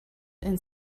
and